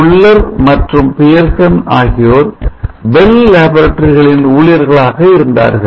புல்லர் மற்றும் பியர்சன் ஆகியோர் பெல் லேபரட்டரிகளின் ஊழியர்களாக இருந்தார்கள்